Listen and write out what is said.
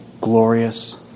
glorious